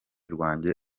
rwanjye